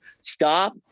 stop